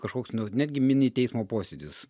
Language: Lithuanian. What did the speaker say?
kažkoks netgi mini teismo posėdis